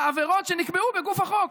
לעבירות שנקבעו בגוף החוק.